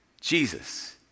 Jesus